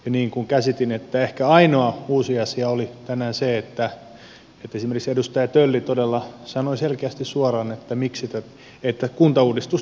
niin kuin käsitin niin ehkä ainoa uusia asia oli tänään se että esimerkiksi edustaja tölli todella sanoi selkeästi suoraan että kuntauudistusta tarvitaan